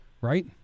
Right